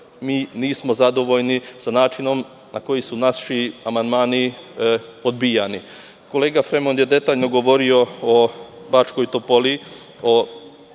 nismo zadovoljni sa načinom na koji su naši amandmani odbijani. Kolega Fremond je detaljno govorio o Bačkoj Topoli, o